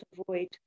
avoid